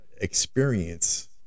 experience